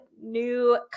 new